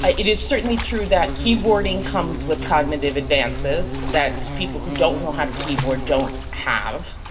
ah it is certainly true that keyboarding comes with cognitive advances that people who don't know how to keyboard don't have.